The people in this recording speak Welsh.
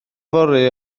fory